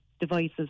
devices